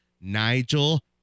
Nigel